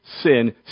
sin